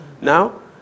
Now